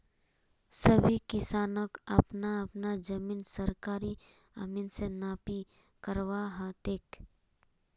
सभी किसानक अपना अपना जमीन सरकारी अमीन स नापी करवा ह तेक